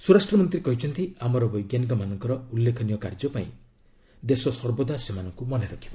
ସ୍ୱରାଷ୍ଟ୍ରମନ୍ତ୍ରୀ କହିଛନ୍ତି ଆମର ବୈଜ୍ଞାନିକମାନଙ୍କ ଉଲ୍ଲେଖନୀୟ କାର୍ଯ୍ୟ ପାଇଁ ଦେଶ ସର୍ବଦା ସେମାନଙ୍କୁ ମନେରଖିବ